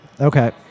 Okay